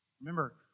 Remember